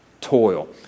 Toil